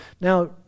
Now